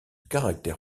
caractère